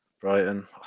Brighton